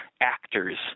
actors